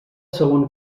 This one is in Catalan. segon